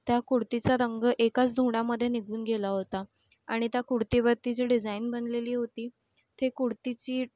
त्या कुडतीचा रंग एकाच धुण्यामध्ये निघून गेला होता आणि त्या कुडतीवरती जी डिजाईन बनलेली होती ती कुडतीची